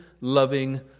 loving